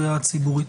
הציבורית.